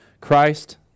Christ